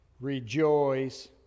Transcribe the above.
Rejoice